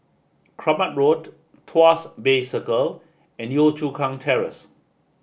Kramat Road Tuas Bay Circle and Yio Chu Kang Terrace